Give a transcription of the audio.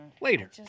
later